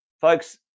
folks